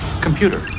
Computer